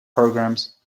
programs